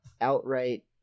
outright